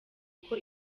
uko